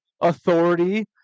authority